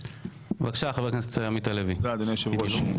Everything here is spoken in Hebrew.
תודה, אדוני היושב-ראש.